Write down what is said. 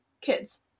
kids